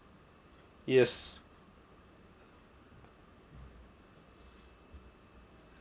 yes